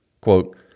Quote